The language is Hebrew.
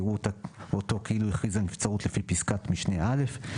יראו אותו כאילו הכריז על נבצרות לפי פסקת משנה (א);